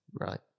Right